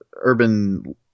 urban